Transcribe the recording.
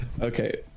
Okay